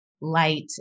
light